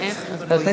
בבקשה.